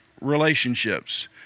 relationships